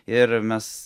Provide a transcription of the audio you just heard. ir mes